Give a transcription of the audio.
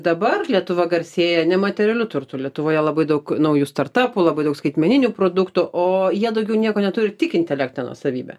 dabar lietuva garsėja nematerialiu turtu lietuvoje labai daug naujų startapų labai daug skaitmeninių produktų o jie daugiau nieko neturi tik intelektinę nuosavybę